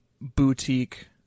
boutique